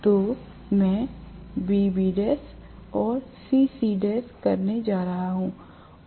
तो मैं B Bl और C Cl करने जा रहा हूं